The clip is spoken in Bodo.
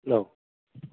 औ